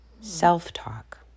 self-talk